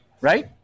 right